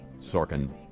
Sorkin